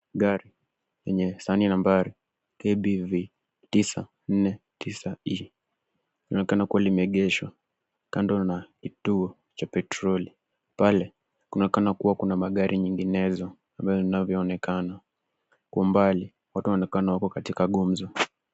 Gari yenye sahani ya nambari KBV 949E inaonekana kuwa limeegeshwa kando na kituo cha petroli. Pale, kunaonekana kuwa kuna magari nyinginezo ambayo vinaonekana. Kwa umbali, watu wanaonekana wako katika gumzo.